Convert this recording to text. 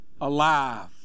alive